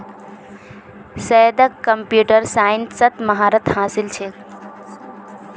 सैयदक कंप्यूटर साइंसत महारत हासिल छेक